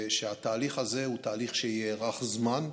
שהתהליך הזה הוא תהליך שיארך זמן,